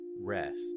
rest